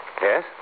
Yes